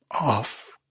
off